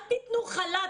אל תתנו חל"ת,